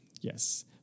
yes